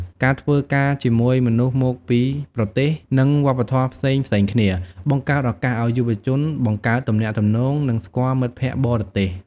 ការធ្វើការជាមួយមនុស្សមកពីប្រទេស និងវប្បធម៌ផ្សេងៗគ្នា បង្កើតឱកាសឱ្យយុវជនបង្កើតទំនាក់ទំនង និងស្គាល់មិត្តភក្តិបរទេស។